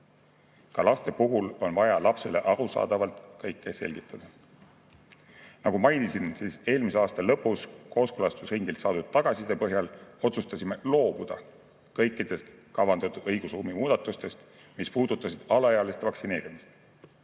Ka laste puhul on vaja neile arusaadavalt kõike selgitada. Nagu ma mainisin, eelmise aasta lõpus kooskõlastusringilt saadud tagasiside põhjal otsustasime loobuda kõikidest kavandatud õigusruumi muudatustest, mis puudutasid alaealiste vaktsineerimist.